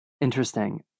interesting